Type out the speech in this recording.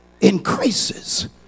increases